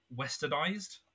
westernized